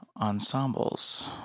ensembles